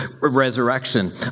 resurrection